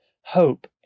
hope